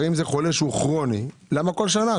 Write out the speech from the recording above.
אם זה חולה כרוני, למה כל שנה?